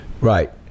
Right